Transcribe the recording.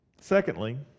Secondly